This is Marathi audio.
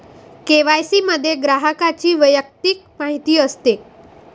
के.वाय.सी मध्ये ग्राहकाची वैयक्तिक माहिती असते